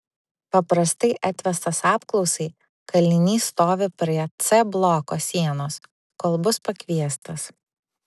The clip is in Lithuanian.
paprastai atvestas apklausai kalinys stovi prie c bloko sienos kol bus pakviestas